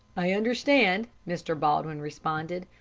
i understand, mr. baldwin responded,